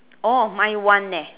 all of mine one eh